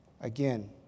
Again